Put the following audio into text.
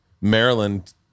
Maryland